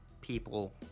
people